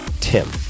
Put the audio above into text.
Tim